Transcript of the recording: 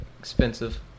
Expensive